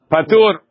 Patur